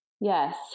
Yes